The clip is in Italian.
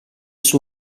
suo